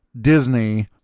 Disney